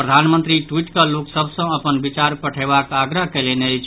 प्रधानमंत्री ट्वीट कऽ लोक सभ सऽ अपन विचार पठयबाक आग्रह कयलनि अछि